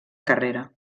carrera